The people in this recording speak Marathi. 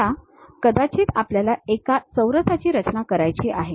आता कदाचित आपल्याला एका चौरसाची रचना करायची आहे